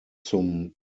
zum